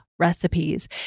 recipes